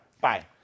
Bye